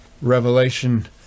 Revelation